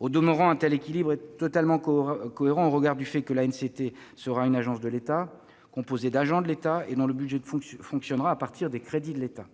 Au demeurant, un tel équilibre est totalement cohérent, au regard du fait que l'ANCT sera une agence de l'État, composée d'agents de l'État et dont le budget fonctionnera à partir des crédits de l'État.